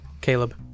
Caleb